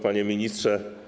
Panie Ministrze!